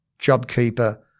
JobKeeper